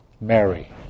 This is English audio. Mary